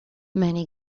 many